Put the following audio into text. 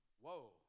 whoa